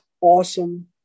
awesome